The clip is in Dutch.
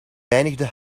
pijnigde